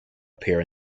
appear